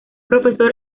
profesor